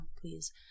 please